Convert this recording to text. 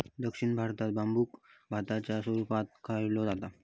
दक्षिण भारतात बांबुक भाताच्या स्वरूपात खाल्लो जाता